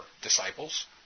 disciples